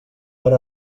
per